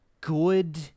good